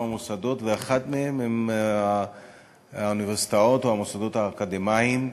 מוסדות ואחד מהם הן האוניברסיטאות או המוסדות האקדמיים,